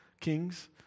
kings